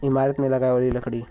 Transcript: ईमारत मे लगाए वाली लकड़ी